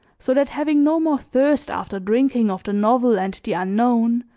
so that having no more thirst after drinking of the novel and the unknown,